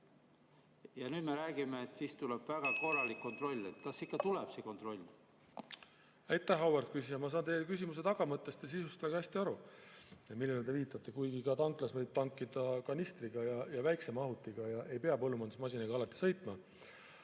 Ja nüüd me räägime, et tuleb väga korralik kontroll. Kas ikka tuleb see kontroll? Aitäh, auväärt küsija! Ma saan teie küsimuse tagamõttest ja sisust väga hästi aru. Ka tanklas võib tankida kanistriga ja muu väikse mahutiga, ei pea põllumajandusmasinaga alati sõitma.